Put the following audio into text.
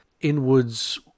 inwards